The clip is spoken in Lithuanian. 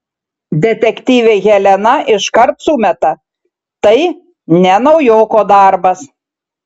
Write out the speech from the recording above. detektyvė helena iškart sumeta tai ne naujoko darbas